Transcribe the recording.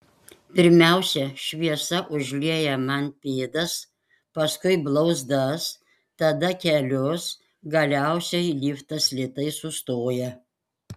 pirmiausia šviesa užlieja man pėdas paskui blauzdas tada kelius galiausiai liftas lėtai sustoja